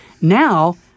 Now